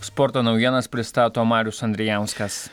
sporto naujienas pristato marius andrijauskas